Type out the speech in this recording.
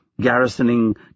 garrisoning